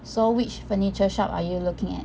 so which furniture shop are you looking at